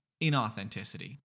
inauthenticity